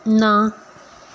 ਨਾ